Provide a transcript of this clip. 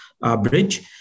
bridge